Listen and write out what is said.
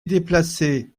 déplacées